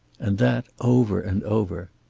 and that, over and over.